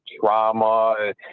trauma